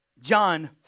John